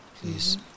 Please